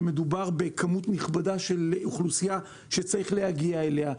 מדובר במספר גדול של אוכלוסייה שצריך להגיע אליה.